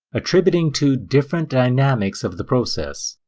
attributing to different dynamics of the process,